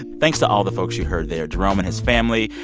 thanks to all the folks you heard there jerome and his family,